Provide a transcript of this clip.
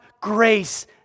grace